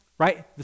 right